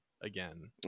again